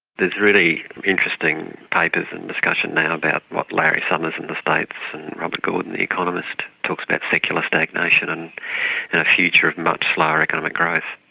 really interesting papers and discussion now about what larry summers in the states and and robert gordon the economist talks about secular stagnation and and a future of much lower economic growth.